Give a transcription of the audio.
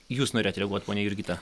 jūs norėjot reaguot ponia jurgita